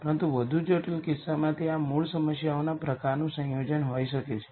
અને નોંધ લો કે આ બંને મેટ્રિસ સિમેટ્રિક છે